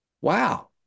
wow